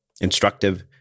instructive